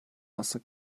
außer